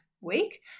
week